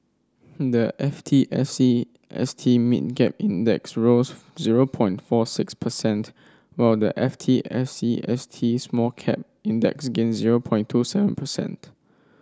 the F T S E S T Mid Cap Index rose zero point four six percent while the F T S E S T Small Cap Index gained zero point two seven percent